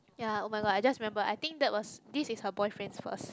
yea oh-my-god I just remember I think that was this is her boyfriend first